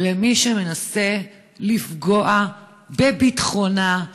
למי שמנסה לפגוע בביטחונה,